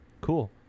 Cool